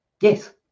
Yes